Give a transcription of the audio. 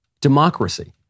democracy